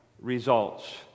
results